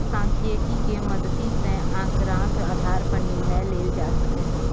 सांख्यिकी के मदति सं आंकड़ाक आधार पर निर्णय लेल जा सकैए